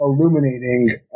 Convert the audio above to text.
illuminating